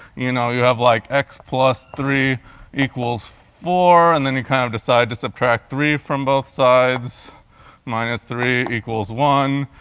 you know, you have like x plus three equals four, and then you kind of decide to subtract three from both sides minus three equals one,